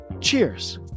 Cheers